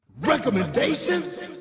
Recommendations